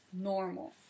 normal